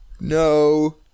No